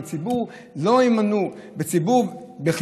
בציבור לא יימנעו לגור,